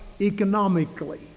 economically